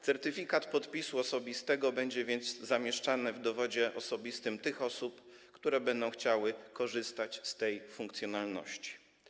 Certyfikat podpisu osobistego będzie więc zamieszczany w dowodzie osobistym tych osób, które będą chciały korzystać z tej funkcjonalności.